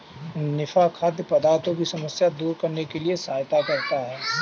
निफा खाद्य पदार्थों की समस्या दूर करने में सहायता करता है